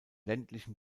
ländlichen